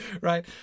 right